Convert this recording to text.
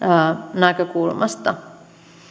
näkökulmasta